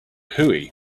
hooey